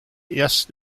erst